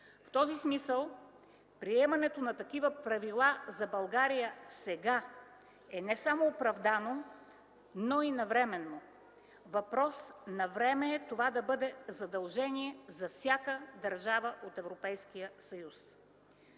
В този смисъл приемането на такива правила за България сега е не само оправдано, но и навременно. Въпрос на време е това да бъде задължение за всяка държава от Европейския съюз.